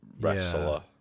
wrestler